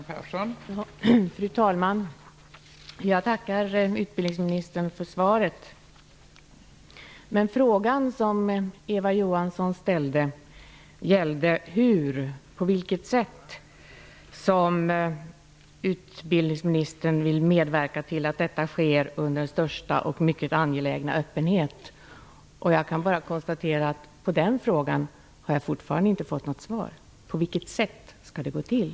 Fru talman! Jag tackar utbildningsministern för svaret. Men frågan som Eva Johansson ställde gällde på vilket sätt utbildningsministern vill medverka till att detta sker under den största och mycket angelägna öppenhet. Jag kan bara konstatera att jag på den frågan fortfarande inte har fått något svar. På vilket sätt skall det gå till?